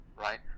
right